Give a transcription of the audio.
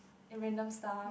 and random stuff